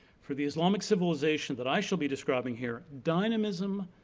for the islamic civilization that i shall be describing here, dynamism,